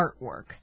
artwork